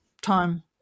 time